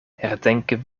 herdenken